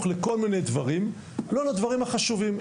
לכל מיני דברים ולא לדברים החשובים.